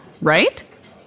right